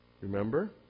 Remember